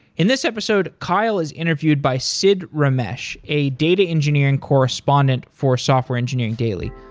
in this episode, kyle is interviewed by sid ramesh, a data engineering correspondent for software engineering daily.